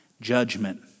judgment